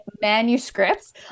manuscripts